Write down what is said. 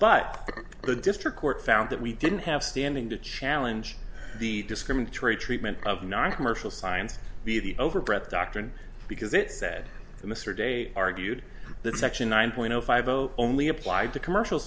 but the district court found that we didn't have standing to challenge the discriminatory treatment of noncommercial science be the overbred doctrine because it said mr de argued that section nine point zero five zero only applied to commercial